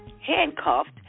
handcuffed